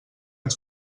ens